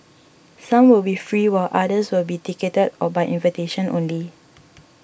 some will be free while others will be ticketed or by invitation only